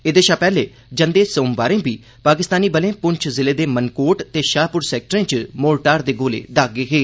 एह्दे शा पैहले जंदे सोमवारें बी पाकिस्तानी बलें पुंछ जिले दे मनकोट ते शाहपुर सैक्टरें बी मोर्टार दे गोले दागे हे